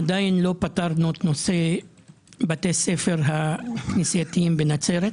עדיין לא פתרנו את נושא בתי הספר הכנסייתיים בנצרת.